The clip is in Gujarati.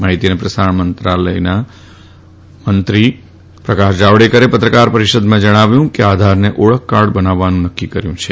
માહિતી અને પ્રસારણ મંત્રી પ્રકાશ જાવડેકરે પત્રકાર પરિષદને સંબાધતા કહ્યું કે સરકારે આધારને ઓળખકાર્ડ બનાવવાનું નક્કી કર્યું છે